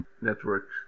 network